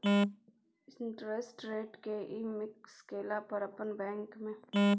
Interest rate कि ये fix केला पर अपन बैंक में?